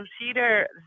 consider